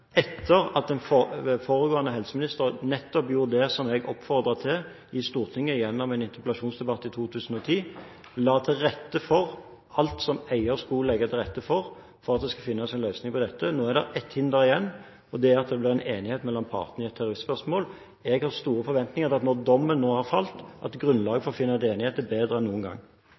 etter at den foregående helseministeren gjorde nettopp det jeg oppfordret til gjennom en interpellasjonsdebatt i Stortinget i 2010 – la til rette for alt som eier skulle legge til rette for for at det skulle finnes en løsning på dette. Nå er det ett hinder igjen, og det er at det blir en enighet mellom partene i et tariffspørsmål. Jeg har store forventninger til at grunnlaget for å finne en enighet – når dommen nå har falt – er bedre enn noen gang.